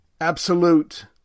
absolute